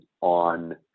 on